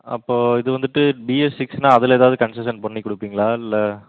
அப்போது இது வந்துட்டு பிஎஸ் சிக்ஸ்னு அதில் ஏதாவது கன்செஷன் பண்ணிக்கொடுப்பீங்களா இல்லை